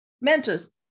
Mentors